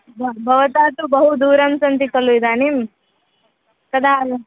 ब भवन्तः तु बहु दूरे सन्ति खलु इदानीं कदा ल